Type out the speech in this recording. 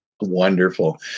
Wonderful